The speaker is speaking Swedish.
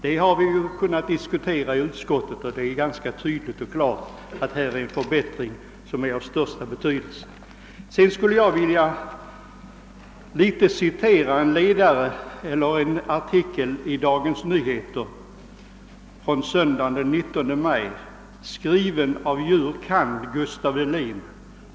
Det har vi diskuterat i utskottet, och det är tydligt och klart att det här gäller en förbättring som är av största betydelse. Sedan skulle jag vilja citera litet ur en artikel i Dagens Nyheter söndagen den 19 maj, skriven av jur. kand. Gustaf Delin.